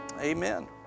amen